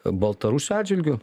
baltarusių atžvilgiu